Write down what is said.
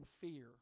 fear